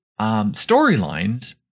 storylines